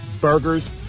burgers